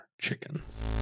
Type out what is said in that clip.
chickens